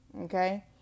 Okay